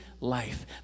life